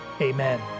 Amen